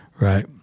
right